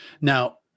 Now